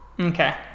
Okay